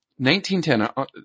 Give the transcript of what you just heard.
1910